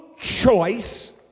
choice